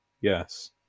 Yes